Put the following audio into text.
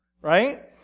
right